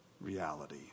reality